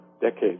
decades